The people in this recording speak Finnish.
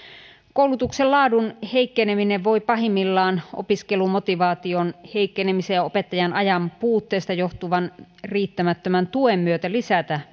koulutuksen laadun heikkeneminen voi pahimmillaan opiskelumotivaation heikkenemisen ja opettajan ajanpuutteesta johtuvan riittämättömän tuen myötä lisätä